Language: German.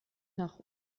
nach